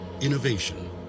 Innovation